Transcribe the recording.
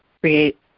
create